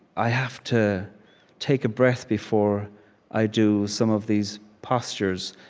i have to take a breath before i do some of these postures,